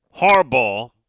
Harbaugh